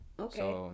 okay